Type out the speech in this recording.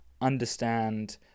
understand